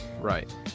right